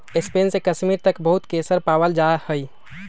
Spain से कश्मीर तक बहुत केसर पावल जा हई